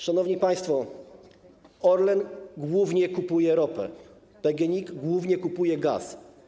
Szanowni państwo, Orlen głównie kupuje ropę, PGNiG głównie kupuje gaz.